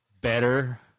better